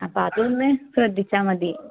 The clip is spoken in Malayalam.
അപ്പോൾ അതൊന്ന് ശ്രദ്ധിച്ചാൽ മതി